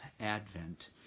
Advent